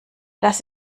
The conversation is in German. das